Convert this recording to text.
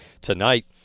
tonight